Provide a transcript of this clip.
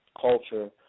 culture